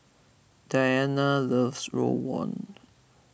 Dianna loves Rawon